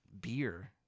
beer